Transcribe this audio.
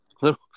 little